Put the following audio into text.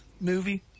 movie